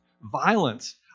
Violence